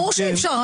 ברור שאי-אפשר.